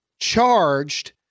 charged